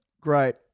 Great